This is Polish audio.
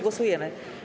Głosujemy.